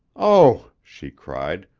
oh, she cried,